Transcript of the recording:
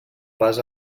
pas